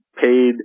paid